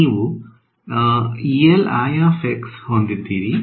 ನೀವು ಹೊಂದಿದ್ದೀರಿ